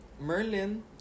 Merlin